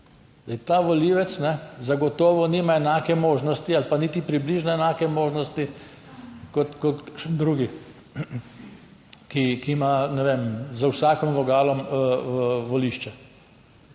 Ta volivec zagotovo nima enake možnosti ali pa niti približno enake možnosti kot kakšen drugi, ki ima, ne vem, za vsakim vogalom volišče.